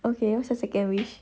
okay what's your second wish